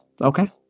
Okay